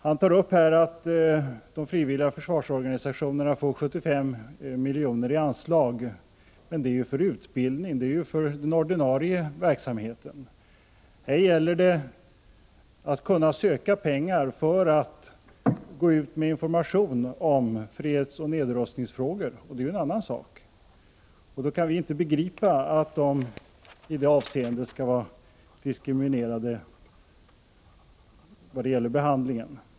Han pekar på att de frivilliga försvarsorganisationerna får 75 miljoner i anslag, men det är ju för utbildning, dvs. för den ordinarie verksamheten. Här gäller det möjligheterna att söka medel för att kunna gå ut med information om fredsoch nedrustningsfrågor, och det är en annan sak. Vi kan inte begripa att dessa organisationer skall vara diskriminerade vid medelsfördelningen i detta avseende.